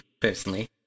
personally